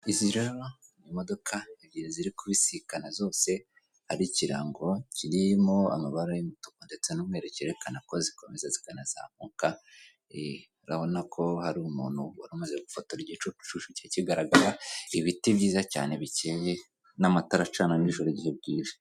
Izi rero ni imodoka ebyiri ziri kubisikana zose hari ikirango kirimo amabara y'umutuku ndetse n'umweru kererekana ko zikomeza zikanazamuka, urabona ko hari umuntu wari umaze gufata igicucucu ke kigaragara, ibiti byiza cyane bikeye n'amatara acana niijoro igihe bwije.